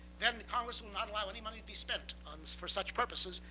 then the congress will not allow any money to be spent on this for such purposes,